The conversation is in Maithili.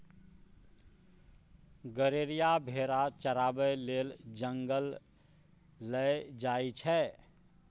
गरेरिया भेरा चराबै लेल जंगल लए जाइ छै